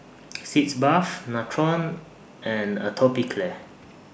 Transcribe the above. Sitz Bath Nutren and Atopiclair